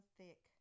thick